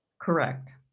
Correct